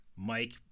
Mike